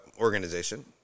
organization